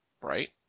Right